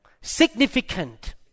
significant